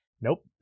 Nope